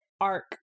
arc